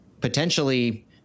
potentially